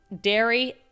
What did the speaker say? dairy